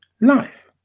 Life